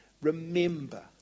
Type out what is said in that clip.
remember